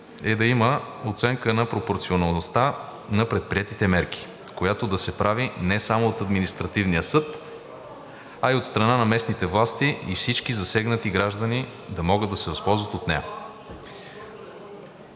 е да има оценка на пропорционалността на предприетите мерки, която да се прави не само от административния съд, а и от страна на местните власти и всички засегнати граждани да могат да се възползват от нея.